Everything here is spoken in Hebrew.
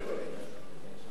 לא, אני לא הבנתי.